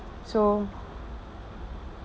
so